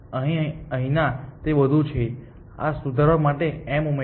અને અહીં ના તે બધું છે અને સુધારવા માટે m ઉમેરો